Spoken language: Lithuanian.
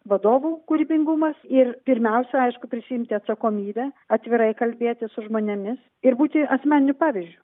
vadovų kūrybingumas ir pirmiausia aišku prisiimti atsakomybę atvirai kalbėtis su žmonėmis ir būti asmeniniu pavyzdžiu